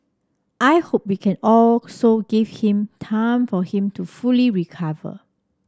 I hope we can also give him time for him to fully recover